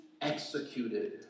executed